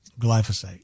glyphosate